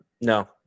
No